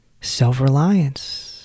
self-reliance